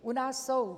U nás jsou.